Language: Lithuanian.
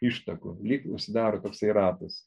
ištakų lyg užsidaro toksai ratas